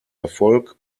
erfolg